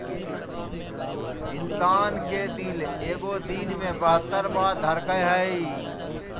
इंसान के दिल एगो दिन मे बहत्तर बार धरकय हइ